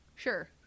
Sure